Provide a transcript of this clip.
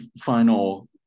final